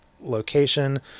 location